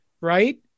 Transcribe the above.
Right